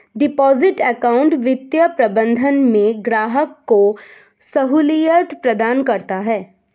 deposit account वित्तीय प्रबंधन में ग्राहक को सहूलियत प्रदान करता है